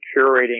curating